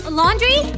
laundry